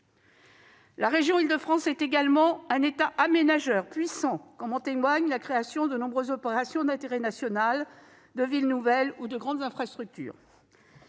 La région Île-de-France, c'est également un État aménageur puissant, comme en témoigne la création de nombreuses opérations d'intérêt national, de villes nouvelles, ou de grandes infrastructures.